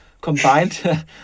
combined